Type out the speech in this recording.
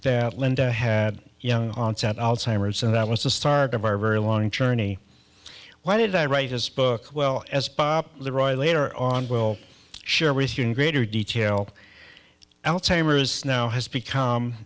that linda had young onset alzheimer's so that was the start of our very long journey why did i write his book well as the royal later on will share with you in greater detail alzheimer's now has become